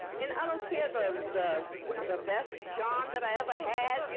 and i don't care, but ah the the best john that i ever had, you